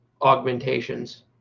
augmentations